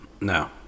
No